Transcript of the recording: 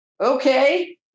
Okay